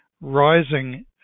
rising